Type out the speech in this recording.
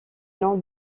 nom